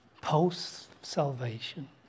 post-salvation